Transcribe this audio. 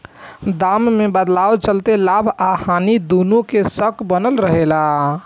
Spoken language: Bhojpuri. दाम में बदलाव के चलते लाभ आ हानि दुनो के शक बनल रहे ला